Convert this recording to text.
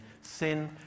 sin